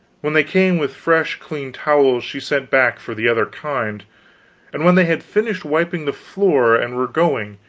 when they came with fresh clean towels, she sent back for the other kind and when they had finished wiping the floor and were going,